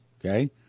Okay